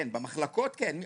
כן, במחלקות כן.